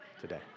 today